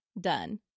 done